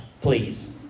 please